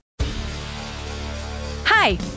Hi